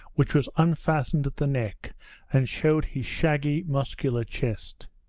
which was unfastened at the neck and showed his shaggy muscular chest.